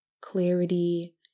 clarity